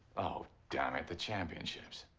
oh, damn it, the championships.